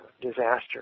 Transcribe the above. disaster